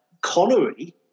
Connery